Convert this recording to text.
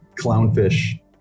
clownfish